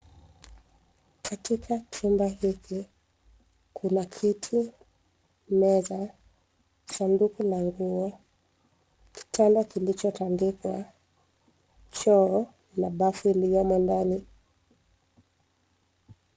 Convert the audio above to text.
Katika chumba hiki, kuna kiti, meza, sanduku la nguo, kitanda kilicho tandikwa, choo, na bafu iliyomo ndani.